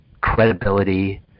credibility